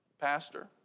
Pastor